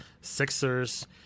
Sixers